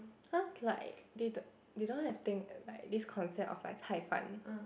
cause like they don't they don't have thing like this concept of like 菜饭